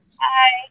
Hi